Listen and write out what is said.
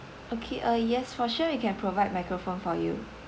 okay uh yes for sure we can provide microphone for you